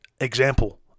Example